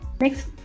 next